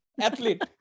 Athlete